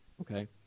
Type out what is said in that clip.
okay